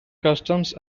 customs